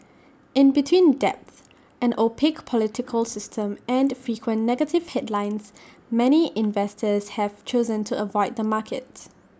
in between debts an opaque political system and frequent negative headlines many investors have chosen to avoid the markets